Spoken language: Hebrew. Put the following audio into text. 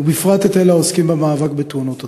ובפרט את אלה העוסקים במאבקים בתאונות הדרכים.